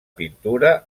pintura